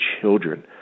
children